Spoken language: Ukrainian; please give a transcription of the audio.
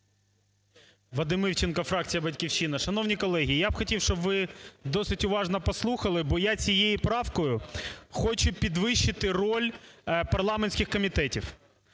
Вадим Івченко, фракція "Батьківщина". Шановні колеги, я б хотів, щоб ви досить уважно послухали, бо я цією правкою хочу підвищити роль парламентських комітетів.